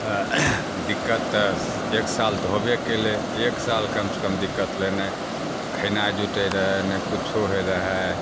तऽ दिक्कत तऽ एक साल तऽ होबे केलै एक साल कम सऽ कम दिक्कत लेनाय नहि खेनाय जुटै रहै नहि किछो होइ रहै